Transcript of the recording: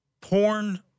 porn